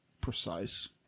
precise